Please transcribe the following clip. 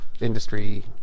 industry